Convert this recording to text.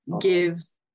gives